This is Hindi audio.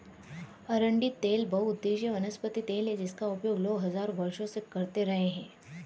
अरंडी तेल बहुउद्देशीय वनस्पति तेल है जिसका उपयोग लोग हजारों वर्षों से करते रहे हैं